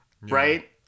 right